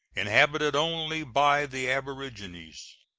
inhabited only by the aborigines.